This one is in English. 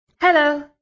Hello